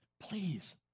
please